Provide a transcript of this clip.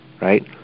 right